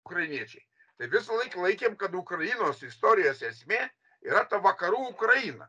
ukrainiečiai tai visąlaik laikėm kad ukrainos istorijos esmė yra ta vakarų ukraina